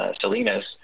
Salinas